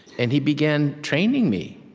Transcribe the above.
and he began training me.